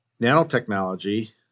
Nanotechnology